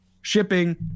shipping